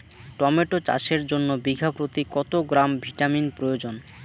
Tomato চাষের জন্য বিঘা প্রতি কত গ্রাম ভিটামিন প্রয়োজন?